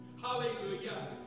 Hallelujah